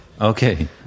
okay